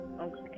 Okay